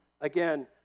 again